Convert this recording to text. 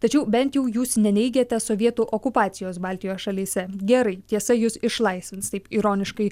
tačiau bent jau jūs neneigiate sovietų okupacijos baltijos šalyse gerai tiesa jus išlaisvins taip ironiškai